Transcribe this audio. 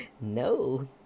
no